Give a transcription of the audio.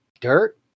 dirt